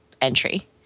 entry